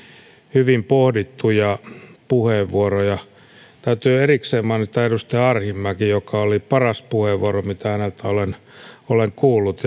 hyvin pohdittuja puheenvuoroja täytyy erikseen mainita edustaja arhinmäki jolla oli paras puheenvuoro mitä häneltä olen olen kuullut